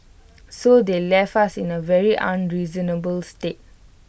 so they left us in A very unreasonable state